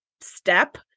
step